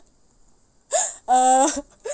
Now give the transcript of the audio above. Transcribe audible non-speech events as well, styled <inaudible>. <breath> uh <laughs>